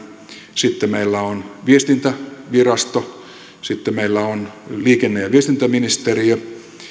sitten meillä on viestintävirasto sitten meillä on liikenne ja viestintäministeriö